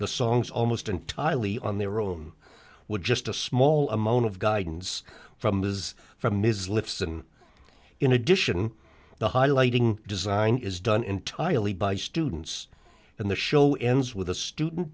the songs almost entirely on their own were just a small amount of guidance from was from ms listen in addition the highlighting design is done entirely by students in the show ends with a student